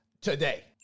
today